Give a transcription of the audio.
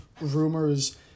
rumors